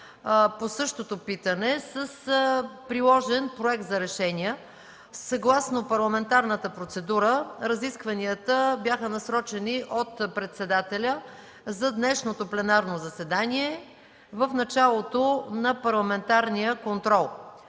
по същото питане с приложен Проект за решение. Съгласно парламентарната процедура, разискванията бяха насрочени от председателя за днешното пленарно заседание в началото на парламентарния контрол.